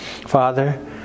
Father